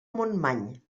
montmany